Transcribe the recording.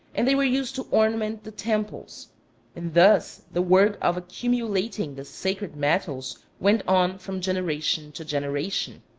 and they were used to ornament the temples and thus the work of accumulating the sacred metals went on from generation to generation.